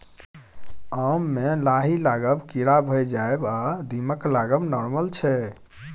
आम मे लाही लागब, कीरा भए जाएब आ दीमक लागब नार्मल छै